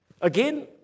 Again